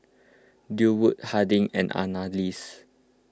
Durwood Harding and Annalise